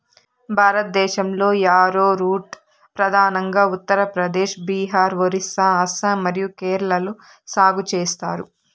భారతదేశంలో, యారోరూట్ ప్రధానంగా ఉత్తర ప్రదేశ్, బీహార్, ఒరిస్సా, అస్సాం మరియు కేరళలో సాగు చేస్తారు